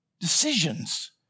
decisions